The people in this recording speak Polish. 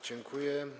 Dziękuję.